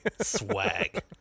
Swag